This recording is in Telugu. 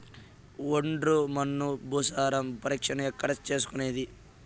ఒండ్రు మన్ను భూసారం పరీక్షను ఎక్కడ చేసుకునేది?